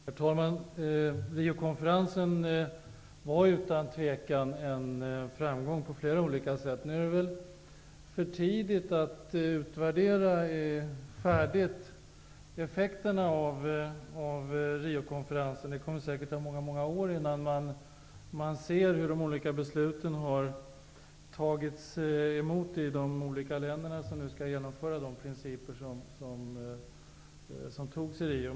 Herr talman! Riokonferensen var utan tvivel en framgång på flera olika sätt. Nu är det väl för tidigt att utvärdera effekterna av Riokonferensen. Det kommer säkert att ta många år innan man kan se hur de olika besluten har tagits emot i de olika länder som skall genomföra de principer som antogs i Rio.